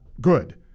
good